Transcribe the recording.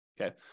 okay